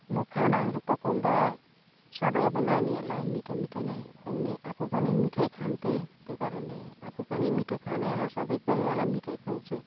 म खानाहरू पकाउँदा सधैँ अब नानीहरूलाई मिठो मिठो नै खुवाउने आफू पनि मिठै खान्थेँ त्यो कारणले आफू पनि मिठो खाने र सबै परिवारलाई मिठै खुवाउँछु